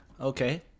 Okay